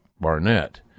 Barnett